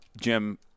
jim